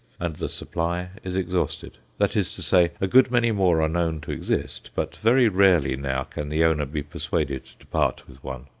and the supply is exhausted that is to say, a good many more are known to exist, but very rarely now can the owner be persuaded to part with one.